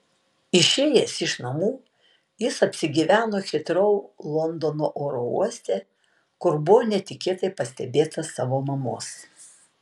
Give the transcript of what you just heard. išėjęs iš namų jis apsigyveno hitrou londono oro uoste kur buvo netikėtai pastebėtas savo mamos